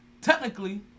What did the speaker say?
technically